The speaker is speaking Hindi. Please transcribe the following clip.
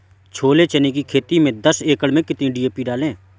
छोले चने की खेती में दस एकड़ में कितनी डी.पी डालें?